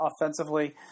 offensively